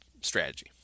strategy